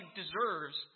deserves